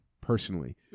personally